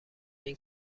این